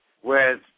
whereas